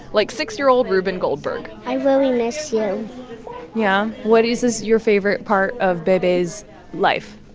like six year old reuben goldberg i really miss you yeah? what is is your favorite part of bei bei's life?